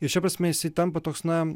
ir šia prasme jisai tampa toks na